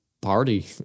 party